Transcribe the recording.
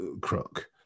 Crook